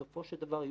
בסופו של דבר,